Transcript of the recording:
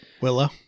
Willow